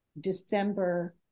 december